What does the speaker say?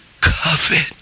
covet